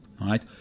right